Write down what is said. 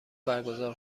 برگزار